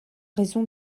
raison